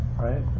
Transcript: Right